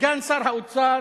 סגן שר האוצר